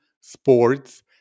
sports